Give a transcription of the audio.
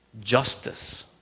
justice